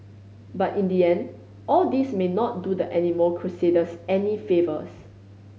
but in the end all this may not do the animal crusaders any favours